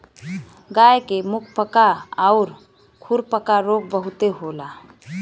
गाय के मुंहपका आउर खुरपका रोग बहुते होला